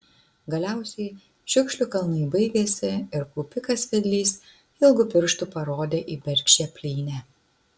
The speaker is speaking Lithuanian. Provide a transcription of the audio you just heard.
galiausiai šiukšlių kalnai baigėsi ir kaupikas vedlys ilgu pirštu parodė į bergždžią plynę